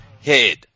head